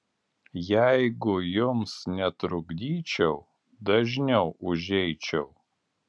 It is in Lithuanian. jeigu jums netrukdyčiau dažniau užeičiau